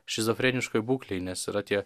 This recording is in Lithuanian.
šizofreniškoj būklėj nes yra tie